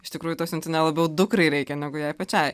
iš tikrųjų to siuntinio labiau dukrai reikia negu jai pačiai